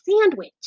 sandwich